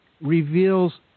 reveals